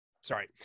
sorry